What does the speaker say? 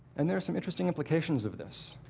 and there's some interesting implications of this.